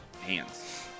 hands